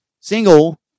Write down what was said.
single